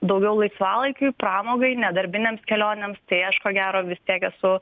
daugiau laisvalaikiui pramogai ne darbinėms kelionėms tai aš ko gero vis tiek esu